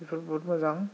बेफोर बुहुद मोजां